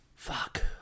Fuck